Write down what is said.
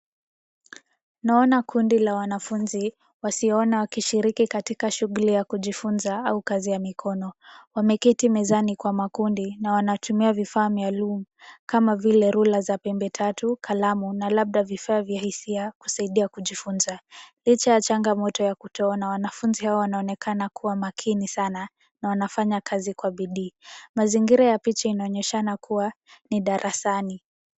Naona kundi la wanafunzi wasioona wakishiriki katika shughuli ya kujifunza au kazi ya mikono. Wameketi mezani kwa makundi na wanatumia vifaa maalum kama vile rula za pembe tatu, kalamu na labda vifaa vya hisia kusaidia kujifunza. Licha ya changamoto ya kutoona, wanafunzi hawa wanaonekana kuwa makini sana na wanafanya kazi kwa bidii. Mazingira ya picha yanaonyesha kuwa in darasani.